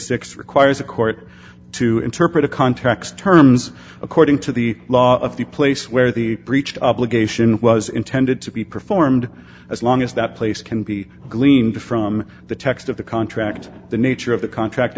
six requires a court to interpret a context terms according to the law of the place where the breached obligation was intended to be performed as long as that place can be gleaned from the text of the contract the nature of the contract